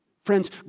Friends